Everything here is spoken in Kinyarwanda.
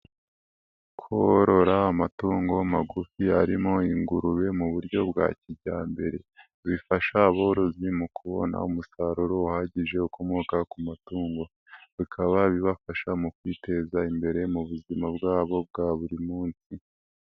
Korora amatungo magufi harimo ingurube mu buryo bwa kijyambere, bifasha aborozi mu kubona umusaruro uhagije ukomoka ku matungo. Bikaba bibafasha mu kwiteza imbere mu buzima bwabo bwa buri munsi.